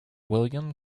william